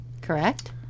correct